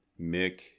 Mick